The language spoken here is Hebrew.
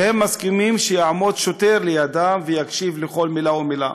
והם מסכימים שיעמוד שוטר לידם ויקשיב לכל מילה ומילה.